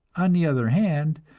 on the other hand,